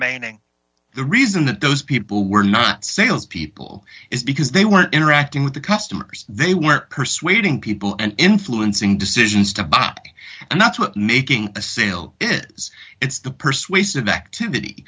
remaining the reason that those people were not salespeople is because they weren't interacting with the customers they were persuading people and influencing decisions to buy and that's what making the sale is it's the persuasive activity